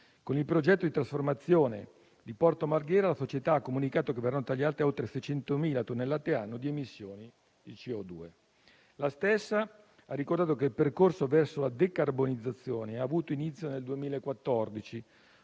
Con il progetto di trasformazione di Porto Marghera, la società ha comunicato che verranno tagliate oltre 600.000 tonnellate annue di emissioni di CO2. La stessa ha ricordato che il percorso verso la decarbonizzazione ha avuto inizio nel 2014,